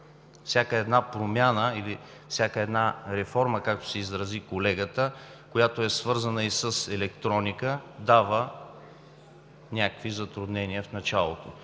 всяка промяна или всяка реформа, както се изрази колегата, която е свързана с електроника, дава някакви затруднения в началото.